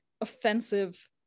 offensive